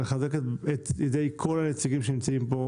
מחזק את ידי כל הנציגים שנמצאים כאן,